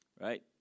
Right